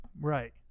Right